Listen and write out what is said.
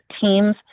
teams